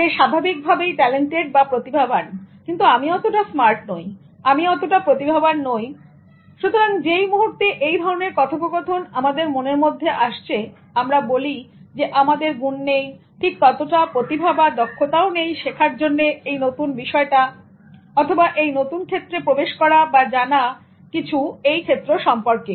সে স্বাভাবিক ভাবেই ট্যালেন্টেড বা প্রতিভাবান কিন্তু আমি অতটা স্মার্ট নই আমি অতটা প্রতিভাবান নইসুতরাং যেই মুহূর্তে এই ধরণের কথোপকথন আমাদের মনের মধ্যে আসছে আমরা বলি যে আমাদের গুন নেই ঠিক ততটা প্রতিভা বা দক্ষতাও নেই শেখার জন্য এই বিষয়টা অথবা এই নতুন ক্ষেত্রে প্রবেশ করা বা জানা কিছু ঐ ক্ষেত্র সম্পর্কে